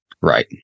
Right